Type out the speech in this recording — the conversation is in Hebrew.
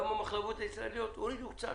גם המחלבות הישראליות הורידו קצת,